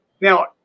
now